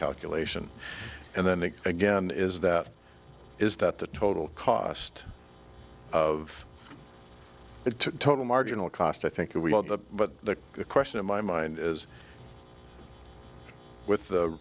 calculation and then it again is that is that the total cost of the total marginal cost i think we all that but the question in my mind is with the